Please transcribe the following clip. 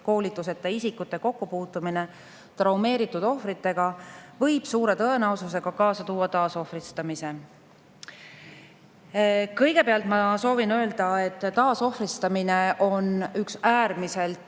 täiendkoolituseta isikute kokkupuutumine traumeeritud ohvritega võib suure tõenäosusega kaasa tuua taasohvristamise?" Kõigepealt ma soovin öelda, et taasohvristamine on üks äärmiselt